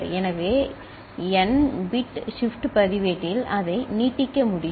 எனவே n bit shift பதிவேட்டில் அதை நீட்டிக்க முடியும்